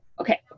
Okay